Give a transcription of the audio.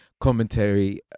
commentary